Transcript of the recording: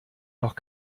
noch